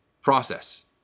process